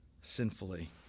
sinfully